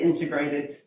integrated